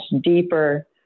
deeper